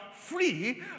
free